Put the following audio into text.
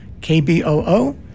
KBOO